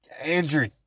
Andrew